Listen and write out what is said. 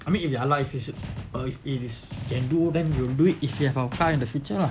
I mean if you are life is it or is it is and do then you do it if you have a car in the future lah